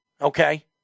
Okay